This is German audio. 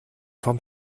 vom